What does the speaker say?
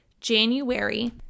January